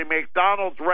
McDonald's